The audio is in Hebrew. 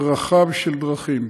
רחב של דרכים: